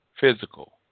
physical